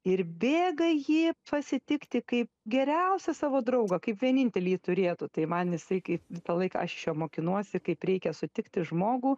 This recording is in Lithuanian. ir bėga jį pasitikti kaip geriausią savo draugą kaip vienintelį jį turėtų tai man jisai kaip visą laiką aš iš jo mokinuosi kaip reikia sutikti žmogų